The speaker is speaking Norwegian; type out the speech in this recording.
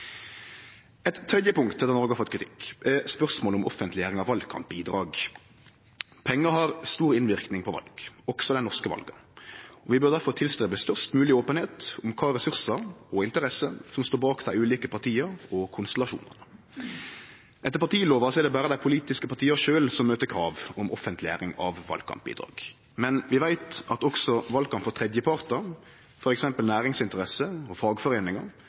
Eit tredje punkt der Noreg har fått kritikk, gjeld spørsmålet om offentleggjering av valkampbidrag. Pengar har stor innverknad på val, også dei norske vala. Vi bør derfor streve etter størst mogleg openheit om kva ressursar og interesser som står bak dei ulike partia og konstellasjonane. Etter partilova er det berre dei politiske partia sjølve som møter krav om offentleggjering av valkampbidrag, men vi veit at også valkamp frå tredjepartar, f.eks. næringsinteresser og fagforeiningar,